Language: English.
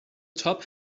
top